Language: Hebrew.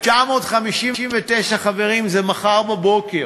1959, חברים, זה מחר בבוקר.